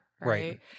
right